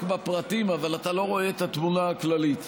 בפרטים אבל אתה לא רואה את התמונה הכללית.